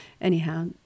Anyhow